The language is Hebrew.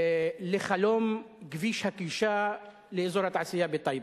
לחלום כביש הגישה לאזור התעשייה בטייבה.